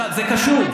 מה זה קשור?